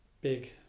big